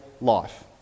life